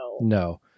No